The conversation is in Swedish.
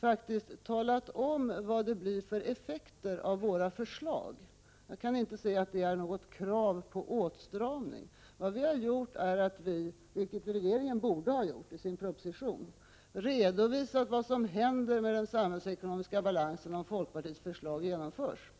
faktiskt har talat om vad det blir för effekter av våra förslag. Jag kan emellertid inte se att det är något krav på åtstramning. Vad vi har gjort är att vi — som regeringen borde ha gjort i sin proposition — redovisat vad som händer med den samhällsekonomiska balansen om folkpartiets förslag genomförs.